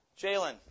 Jalen